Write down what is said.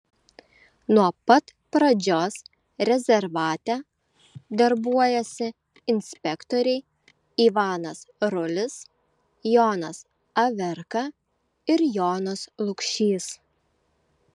nuo pat pradžios rezervate darbuojasi inspektoriai ivanas rulis jonas averka ir jonas lukšys